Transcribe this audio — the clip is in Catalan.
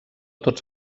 tots